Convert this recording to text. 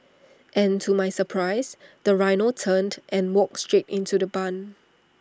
and to my surprise the rhino turned and walked straight into the barn